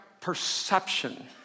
perception